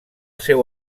seu